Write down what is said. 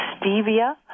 stevia